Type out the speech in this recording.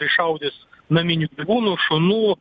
iššaudys naminių gyvūnų šunų